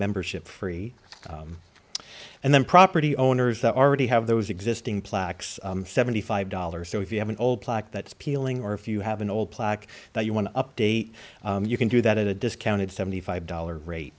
membership free and then property owners that already have those existing plaques seventy five dollars so if you have an old plaque that's peeling or if you have an old plaque that you want to update you can do that at a discounted seventy five dollars rate